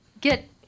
get